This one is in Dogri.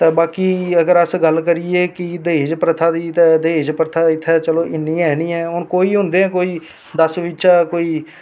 ते बाकी अगर अस गल्ल करचै कि दाज प्रथा दी ते दाज प्रथा इत्थै चलो इन्नी ऐ निं ऐ हून कोई होंदे कोई दस बिच्चा कोई